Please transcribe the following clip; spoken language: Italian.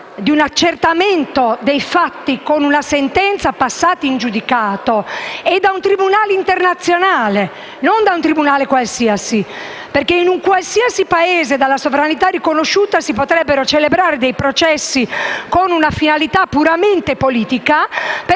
un accertamento dei fatti con una sentenza passata in giudicato, e ad opera di un tribunale internazionale e non di uno qualsiasi. In un qualsiasi Paese dalla sovranità riconosciuta, infatti, si potrebbero celebrare processi con una finalità puramente politica,